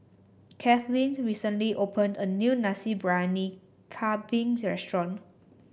Kathleen recently opened a new Nasi Briyani Kambing restaurant